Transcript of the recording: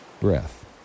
breath